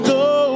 go